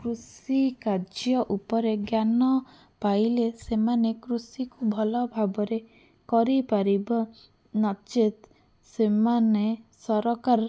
କୃଷିକାର୍ଯ୍ୟ ଉପରେ ଜ୍ଞାନ ପାଇଲେ ସେମାନେ କୃଷିକୁ ଉପରେ ଭଲ କରିପାରିବ ନଚେତ୍ ସେମାନେ ସରକାର